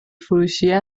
فروشیه